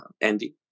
andy